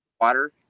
water